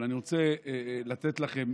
אבל אני רוצה לתת לכם